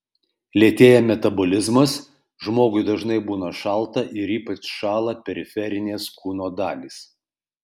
lėtėja metabolizmas žmogui dažnai būna šalta ir ypač šąla periferinės kūno dalys